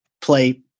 play